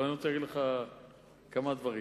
אבל אני רוצה להגיד לך כמה דברים.